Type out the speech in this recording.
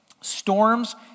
Storms